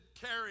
carry